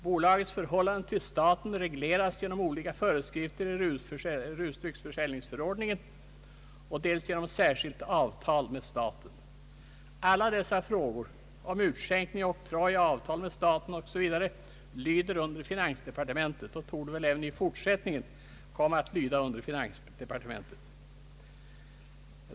Bolagets förhållande till staten regleras genom olika föreskrifter i rusdrycksförsäljningsförordningen samt genom särskilt avtal med staten. Alla dessa frågor om utskänkning, oktroj och avtal med staten faller under finansdepartementet och torde väl även i fortsättningen komma att falla under finansdepartementet.